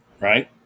Right